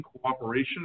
cooperation